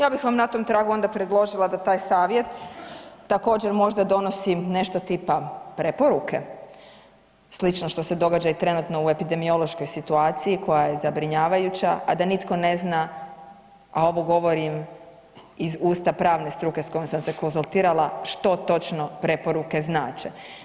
Ja bih vam na tom tragu onda predložila da taj savjet također možda donosi nešto tipa preporuke, slično što se događa i trenutno i u epidemiološkoj situaciji koja je zabrinjavajuća, a da nitko ne zna, a ovo govorim iz usta pravne struke s kojom sam se konzultirala što točno preporuke znače.